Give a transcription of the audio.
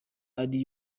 ari